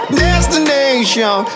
destination